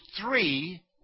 three